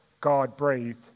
God-breathed